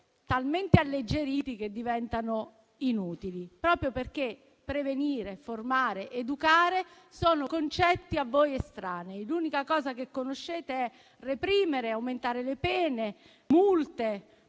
talmente alleggeriti che diventano inutili, proprio perché prevenire, formare, educare sono concetti a voi estranei. L'unica cosa che conoscete è reprimere, aumentare le pene,